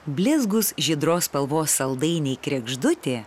blizgūs žydros spalvos saldainiai kregždutė